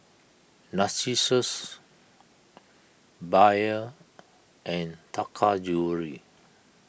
Narcissus Bia and Taka Jewelry